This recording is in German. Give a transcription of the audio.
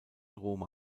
roma